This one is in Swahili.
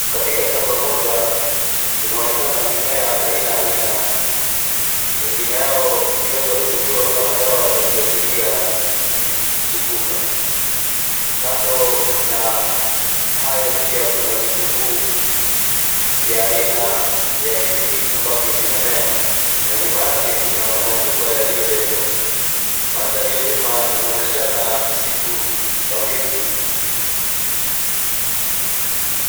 Katika shamba moja inaoneka mimea aina aina, mengine yao ikiweza kutumiwa kama dawa za akisilia ikichipuka, kando na hayo pia kuna vitunguu vya aina ya miti ambavyo vina mea na nyuma yake kuna majumba yaliyojengwa .Mandhari ya nyuma inaonyeshana msitu wa miti.